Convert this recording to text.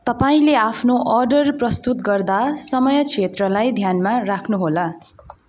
तपाईँँले आफ्नो अर्डर प्रस्तुत गर्दा समय क्षेत्रलाई ध्यानमा राख्नुहोला